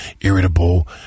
irritable